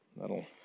That'll